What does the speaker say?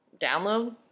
download